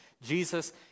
Jesus